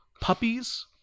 puppies